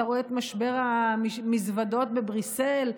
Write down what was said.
אתה רואה את משבר המזוודות בבריסל,